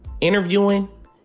Interviewing